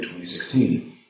2016